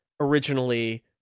originally